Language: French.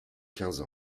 quinze